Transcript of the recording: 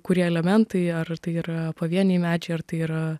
kurie elementai ar tai yra pavieniai medžiai ar tai yra